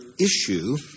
issue